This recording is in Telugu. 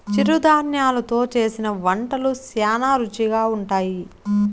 చిరుధాన్యలు తో చేసిన వంటలు శ్యానా రుచిగా ఉంటాయి